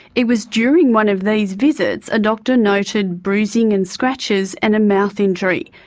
it was during one of these visits a doctor noted bruising and scratches and a mouth injury.